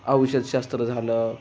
औषधशास्त्र झालं